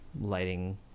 lighting